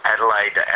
Adelaide